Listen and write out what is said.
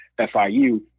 FIU